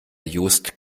jost